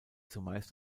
zumeist